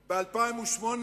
ב-2008,